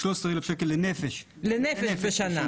ב-13,000 שקל לנפש לשנה,